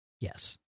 yes